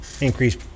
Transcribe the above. increase